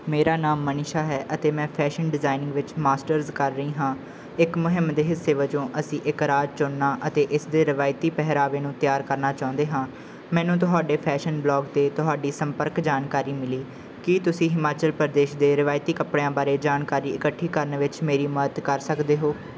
ਮੇਰਾ ਨਾਮ ਮਨੀਸ਼ਾ ਹੈ ਅਤੇ ਮੈਂ ਫੈਸ਼ਨ ਡਿਜ਼ਾਇਨਿੰਗ ਵਿੱਚ ਮਾਸਟਰਜ਼ ਕਰ ਰਹੀ ਹਾਂ ਇੱਕ ਮੁਹਿੰਮ ਦੇ ਹਿੱਸੇ ਵਜੋਂ ਅਸੀਂ ਇੱਕ ਰਾਜ ਚੁਣਨਾ ਅਤੇ ਇਸਦੇ ਰਵਾਇਤੀ ਪਹਿਰਾਵੇ ਨੂੰ ਤਿਆਰ ਕਰਨਾ ਚਾਹੁੰਦੇ ਹਾਂ ਮੈਨੂੰ ਤੁਹਾਡੇ ਫੈਸ਼ਨ ਵਲੌਗ 'ਤੇ ਤੁਹਾਡੀ ਸੰਪਰਕ ਜਾਣਕਾਰੀ ਮਿਲੀ ਕੀ ਤੁਸੀਂ ਹਿਮਾਚਲ ਪ੍ਰਦੇਸ਼ ਦੇ ਰਵਾਇਤੀ ਕੱਪੜਿਆਂ ਬਾਰੇ ਜਾਣਕਾਰੀ ਇਕੱਠੀ ਕਰਨ ਵਿੱਚ ਮੇਰੀ ਮਦਦ ਕਰ ਸਕਦੇ ਹੋ